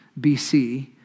BC